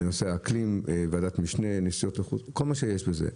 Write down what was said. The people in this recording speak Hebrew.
בנושא אקלים, ועדת משנה וכל מה שיש בזה.